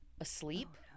Asleep